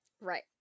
Right